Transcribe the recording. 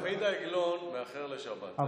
תמיד העגלון מאחר לשבת.